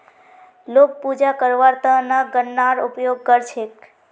लोग पूजा करवार त न गननार उपयोग कर छेक